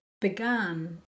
began